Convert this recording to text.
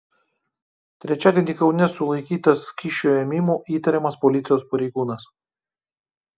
trečiadienį kaune sulaikytas kyšio ėmimu įtariamas policijos pareigūnas